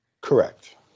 Correct